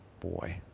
boy